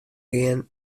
gean